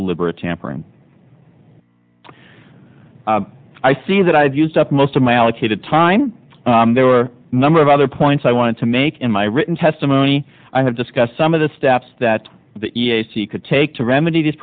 deliberate tampering i see that i've used up most of my allocated time there were a number of other points i want to make in my written testimony i have discussed some of the steps that the e c could take to remedy these